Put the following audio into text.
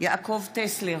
יעקב טסלר,